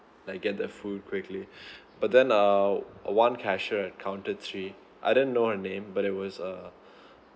like get their food quickly but then uh one cashier at counter three I didn't know her name but it was a